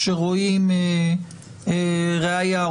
כשרואים ראיה,